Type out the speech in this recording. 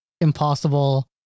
impossible